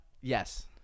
Yes